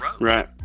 Right